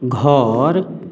घर